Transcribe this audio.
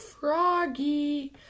Froggy